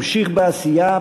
המשיך בעשייה,